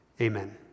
amen